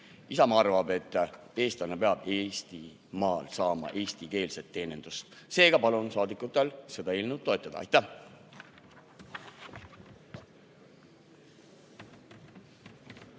Isamaa arvab, et eestlane peab Eestimaal saama eestikeelset teenindust. Seega palun saadikutel seda eelnõu toetada. Aitäh!